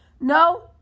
No